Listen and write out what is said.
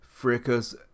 fricas